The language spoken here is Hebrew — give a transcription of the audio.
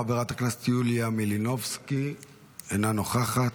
חברת הכנסת יוליה מלינובסקי, אינה נוכחת.